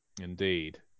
Indeed